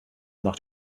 nacht